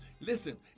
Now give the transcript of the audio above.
Listen